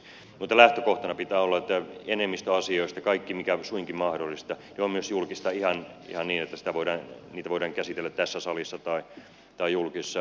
mutta lähtökohtana pitää olla että enemmistö asioista kaikki mikä suinkin mahdollista on myös julkista ihan niin että niitä voidaan käsitellä tässä salissa tai julkisissa puheenvuoroissa